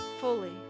fully